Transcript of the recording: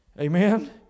Amen